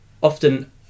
Often